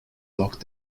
locked